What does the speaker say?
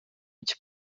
its